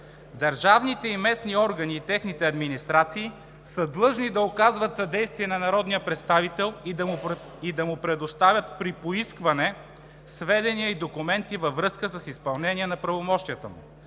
„Държавните и местните органи и техните администрации са длъжни да оказват съдействие на народния представител и да му предоставят при поискване сведения и документи във връзка с изпълнение на правомощията му.